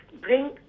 bring